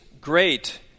great